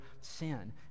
sin